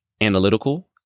analytical